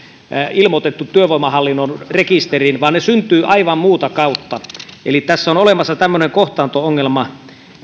ilmoitettu työvoimahallinnon rekisteriin vaan ne syntyvät aivan muuta kautta eli tässä on olemassa tämmöinen kohtaanto ongelma